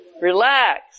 Relax